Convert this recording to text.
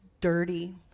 dirty